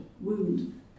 wound